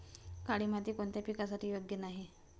काळी माती कोणत्या पिकासाठी योग्य नाही?